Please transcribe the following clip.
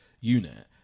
unit